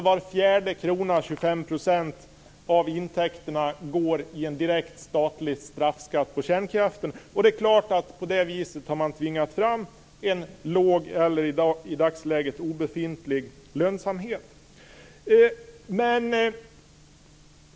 Var fjärde krona, 25 % av intäkterna, går i en direkt statlig straffskatt på kärnkraften. På det viset har man tvingat fram en i dag obefintlig lönsamhet.